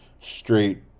straight